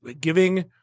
giving